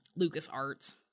LucasArts